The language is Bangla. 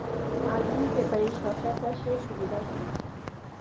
মালচিং পেপারে শসা চাষের সুবিধা কি?